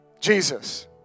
Jesus